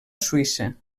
suïssa